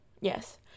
yes